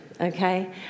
okay